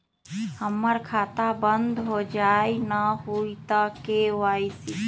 हमर खाता बंद होजाई न हुई त के.वाई.सी?